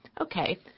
Okay